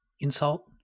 insult